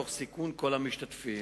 תוך סיכון כל המשתתפים.